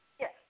Yes